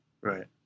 Right